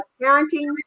parenting